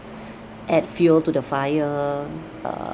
add fuel to the fire err